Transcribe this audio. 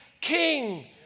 king